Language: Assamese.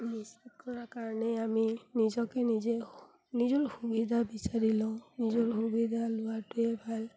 বিশ্বাস কৰাৰ কাৰণেই আমি নিজকে নিজে নিজৰ সুবিধা বিচাৰি লওঁ নিজৰ সুবিধা লোৱাটোৱে ভাল